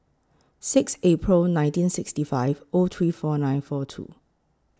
six April nineteen sixty five O three four nine four two